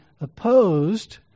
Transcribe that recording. opposed